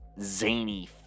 zany